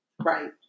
right